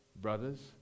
brothers